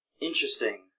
interesting